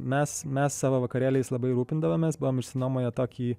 mes mes savo vakarėliais labai rūpindavomės buvom išsinuomoję tokį